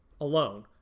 alone